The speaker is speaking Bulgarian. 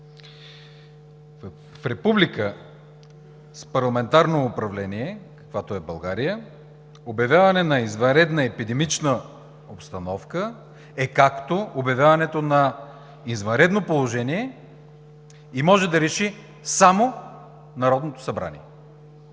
В република с парламентарно управление, каквато е България, обявяване на извънредна епидемична обстановка е както обявяването на извънредно положение и може да реши само Народното събрание.